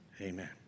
amen